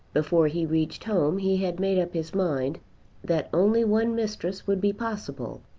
before he reached home he had made up his mind that only one mistress would be possible,